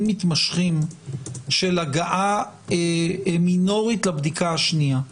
מתמשכים של הגעה מינורית לבדיקה השנייה.